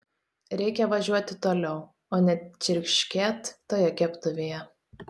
reikia važiuoti toliau o ne čirškėt toje keptuvėje